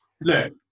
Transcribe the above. Look